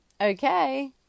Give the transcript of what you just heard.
Okay